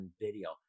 video